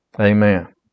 Amen